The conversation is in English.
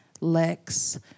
Lex